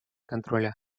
контроля